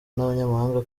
n’abanyamahanga